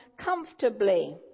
comfortably